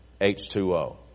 H2O